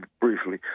briefly